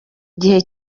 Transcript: igihe